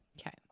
Okay